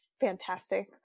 fantastic